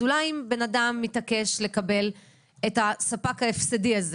אז אולי אם בן-אדם מתעקש לקבל את הספק ההפסדי הזה